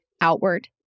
outward